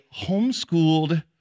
homeschooled